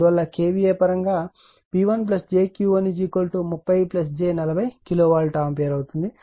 అందువల్ల KV A పరంగా P1 j Q1 30 j 40 kilovolt ampere అవుతుంది